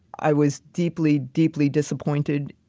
i was deeply, deeply disappointed,